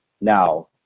Now